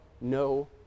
no